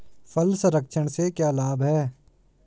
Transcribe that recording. फल संरक्षण से क्या लाभ है?